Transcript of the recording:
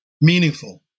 meaningful